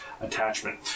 attachment